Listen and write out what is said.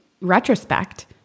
retrospect